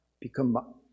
become